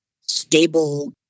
stable